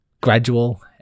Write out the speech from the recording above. gradual